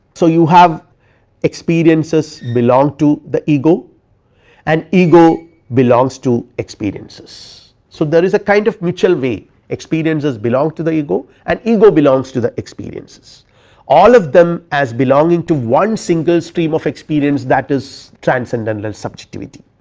so you have experiences belong to the ego and ego belongs to experiences. so, there is a kind of mutual way experiences belong to the ego and ego belongs to the experiences all of them as belonging to one single stream of experience that is transcendental subjectivity.